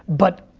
but,